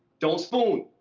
don't spoon.